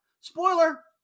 Spoiler